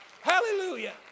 Hallelujah